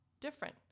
different